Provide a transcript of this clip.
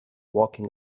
walking